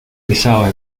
pesaba